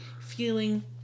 feeling